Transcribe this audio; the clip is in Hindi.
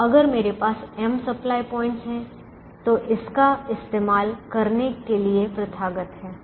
तो अगर मेरे पास m सप्लाई पॉइंट्स हैं तो इसका इस्तेमाल करने के लिए प्रथागत है